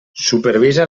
supervisa